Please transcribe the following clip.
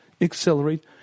accelerate